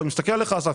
ואני מסתכל עליך אסף,